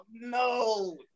no